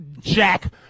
jack